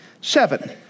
seven